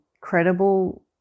credible